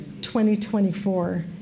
2024